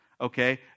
Okay